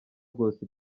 rwose